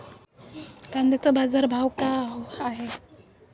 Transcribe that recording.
कांद्याचे बाजार भाव का हाये?